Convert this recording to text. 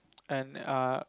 and uh